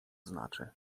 znaczy